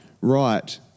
right